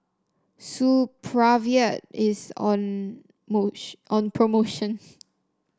Supravit is on on promotion